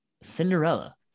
Cinderella